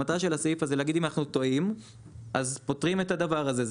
המטרה של הסעיף הזה היא להגיד אם אנחנו טועים אז פותרים את הדבר הזה.